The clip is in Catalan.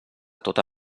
tota